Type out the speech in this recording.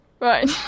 Right